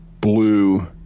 blue